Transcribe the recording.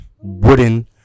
wooden